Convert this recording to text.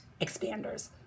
expanders